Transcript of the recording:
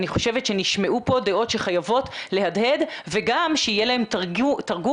אני חושבת שנשמעו פה דעות שחייבות להדהד וגם שיהיה להם תרגום,